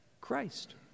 Christ